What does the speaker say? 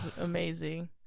Amazing